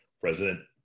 President